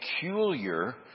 peculiar